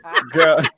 Girl